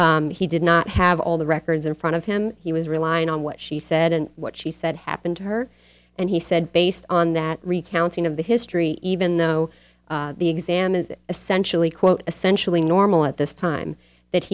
he did not have all the records in front of him he was relying on what she said and what she said happened to her and he said based on that recounting of the history even though the exam is essentially quote essentially normal at this time that